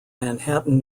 manhattan